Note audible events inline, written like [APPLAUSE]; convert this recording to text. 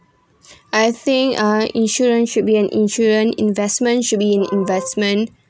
[BREATH] I think uh insurance should be an insurance investment should be in investment